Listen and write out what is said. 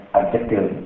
objective